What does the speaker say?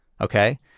okay